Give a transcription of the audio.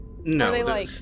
No